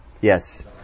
Yes